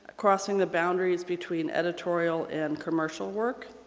ah crossing the boundaries between editorial and commercial work.